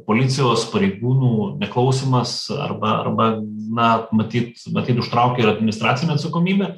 policijos pareigūnų neklausymas arba arba na matyt matyt užtraukia ir administracinę atsakomybę